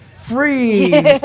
Free